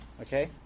Okay